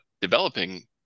developing